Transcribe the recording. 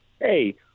Hey